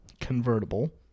Convertible